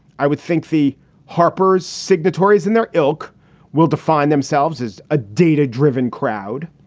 i would think the harpers signatories and their ilk will define themselves as a data driven crowd.